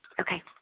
Okay